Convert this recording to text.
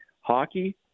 hockey